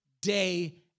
day